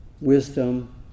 wisdom